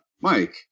Mike